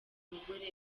mugore